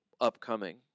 upcoming